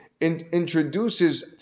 introduces